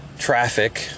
Traffic